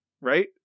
Right